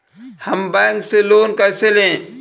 हम बैंक से लोन कैसे लें?